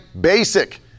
basic